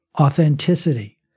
authenticity